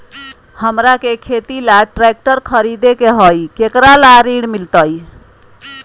हमरा के खेती ला ट्रैक्टर खरीदे के हई, एकरा ला ऋण मिलतई?